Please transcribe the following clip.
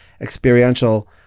experiential